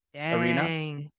arena